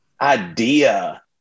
idea